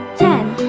ten